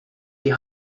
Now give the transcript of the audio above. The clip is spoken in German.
die